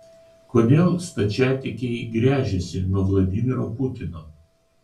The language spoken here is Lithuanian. kodėl stačiatikiai gręžiasi nuo vladimiro putino